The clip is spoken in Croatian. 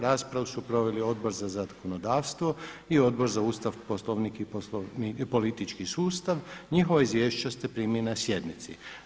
Raspravu su proveli Odbor za zakonodavstvo i Odbor za Ustav, Poslovnik i politički sustav, njihova izvješća ste primili na sjednici.